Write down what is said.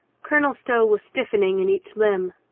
colonel stow was stiffening in each limb.